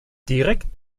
direkt